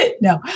No